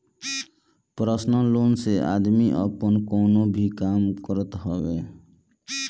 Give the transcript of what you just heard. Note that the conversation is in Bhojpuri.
पर्सनल लोन से आदमी आपन कवनो भी काम करत हवे